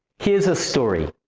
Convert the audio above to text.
here's a story